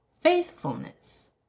faithfulness